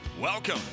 Welcome